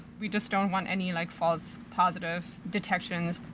we just don't want any, like, false positive detections.